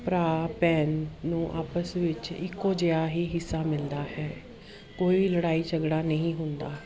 ਭਰਾ ਭੈਣ ਨੂੰ ਆਪਸ ਵਿੱਚ ਇੱਕੋ ਜਿਹਾ ਹੀ ਹਿੱਸਾ ਮਿਲਦਾ ਹੈ ਕੋਈ ਲੜਾਈ ਝਗੜਾ ਨਹੀਂ ਹੁੰਦਾ